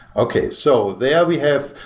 okay. so there we have,